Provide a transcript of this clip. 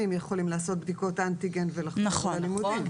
יכולים לעשות בדיקות אנטיגן ולחזור ללימודים.